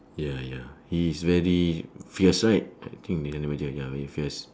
ya ya he is very fierce right I think the honey badger ya very fierce